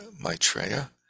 Maitreya